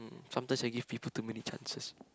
sometimes I give people too many chances